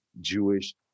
Jewish